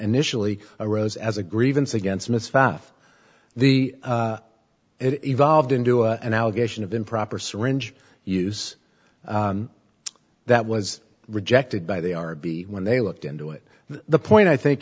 initially arose as a grievance against ms pfaff the it evolved into an allegation of improper syringe use that was rejected by they are be when they looked into it the point i think